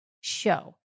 show